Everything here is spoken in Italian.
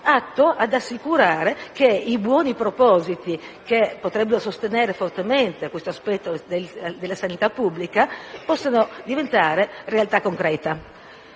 atto ad assicurare che i buoni propositi, che potrebbero sostenere fortemente questo aspetto della sanità pubblica, divengano realtà concreta.